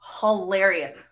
hilarious